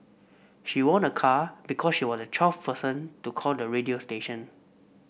she won a car because she was the twelfth person to call the radio station